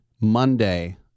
Monday